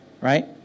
right